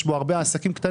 שיש בו הרבה עסקים קטנים,